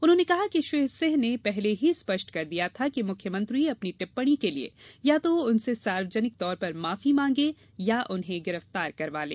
उन्होंने कहा कि श्री सिंह ने पहले ही स्पष्ट कर दिया था कि मुख्यमंत्री अपनी टिप्पणी के लिए या तो उनसे सार्वजनिक तौर पर माफी मांगें या उन्हें गिरफ्तार करवा लें